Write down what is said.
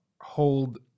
hold